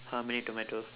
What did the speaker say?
how many tomato